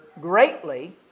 greatly